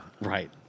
Right